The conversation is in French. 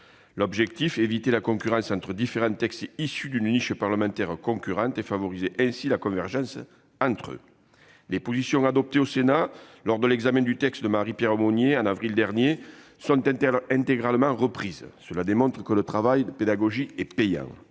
L'objectif est d'éviter la concurrence entre différents textes issus de niches parlementaires concurrentes et de favoriser ainsi la convergence entre eux. Les positions adoptées au Sénat lors de l'examen du texte de Marie-Pierre Monier en avril dernier sont intégralement reprises. Cela montre que le travail de pédagogie est payant.